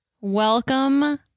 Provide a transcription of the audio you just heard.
welcome